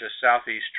southeastern